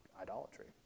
idolatry